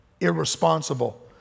irresponsible